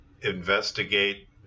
investigate